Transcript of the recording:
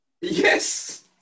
Yes